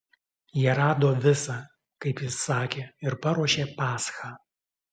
jie rado visa kaip jis sakė ir paruošė paschą